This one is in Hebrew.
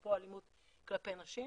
אפרופו אלימות כלפי נשים,